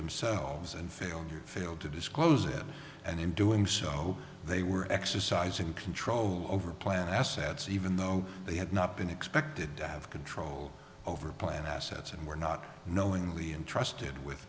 themselves and failed you failed to disclose it and in doing so they were exercising control over plant assets even though they had not been expected to have control over plant assets and were not knowingly entrusted with